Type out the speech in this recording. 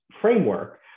framework